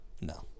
No